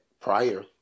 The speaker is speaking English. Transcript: prior